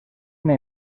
una